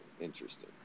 interesting